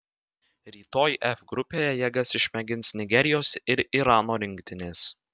rytoj f grupėje jėgas išmėgins nigerijos ir irano rinktinės